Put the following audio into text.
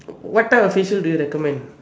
what type of facial do you recommend